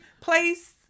place